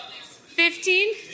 fifteen